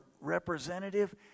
representative